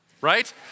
right